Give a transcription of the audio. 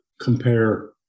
compare